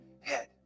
head